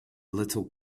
little